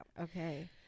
Okay